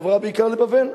אבל בעיקר לבבל,